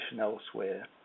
elsewhere